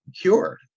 cured